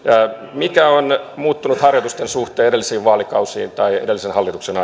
mikä on muuttunut harjoitusten suhteen edellisistä vaalikausista tai edellisen hallituksen